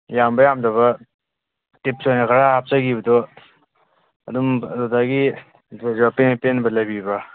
ꯌꯥꯝꯕ ꯌꯥꯝꯗꯕ ꯇꯤꯞꯁ ꯑꯣꯏꯅ ꯈꯔ ꯍꯥꯞꯆꯒꯤꯕꯗꯣ ꯑꯗꯨꯝ ꯑꯗꯨꯗꯒꯤ ꯑꯄꯦꯟ ꯄꯦꯟꯗꯕ ꯂꯩꯕꯤꯕ꯭ꯔꯥ